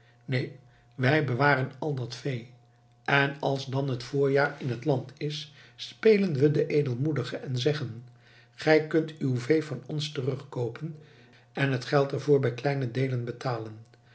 neen wij bewaren al dat vee en als dan het voorjaar in het land is spelen we den edelmoedige en zeggen gij kunt uw vee van ons terugkoopen en het geld ervoor bij kleine deelen betalen